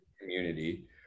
community